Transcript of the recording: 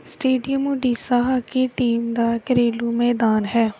stadium Odisha hockey team ਦਾ ਘਰੇਲੂ ਮੈਦਾਨ ਹੈ